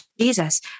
Jesus